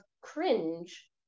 cringe